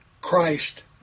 christ